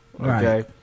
Okay